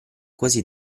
quasi